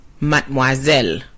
Mademoiselle